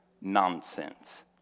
nonsense